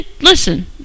listen